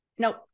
Nope